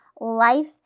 life